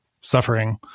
suffering